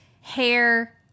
hair